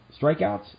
strikeouts